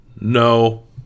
No